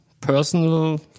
personal